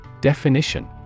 Definition